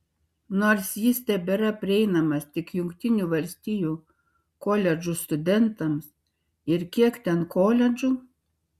nors jis tebėra prieinamas tik jungtinių valstijų koledžų studentams ir kiek ten koledžų